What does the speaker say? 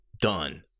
Done